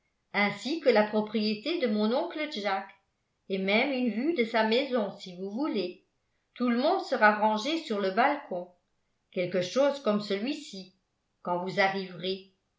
ainsi que la propriété de mon oncle jack et même une vue de sa maison si vous voulez tout le monde sera rangé sur le balcon quelque chose comme celui ci quand vous arriverez